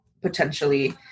potentially